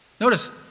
Notice